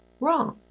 wrong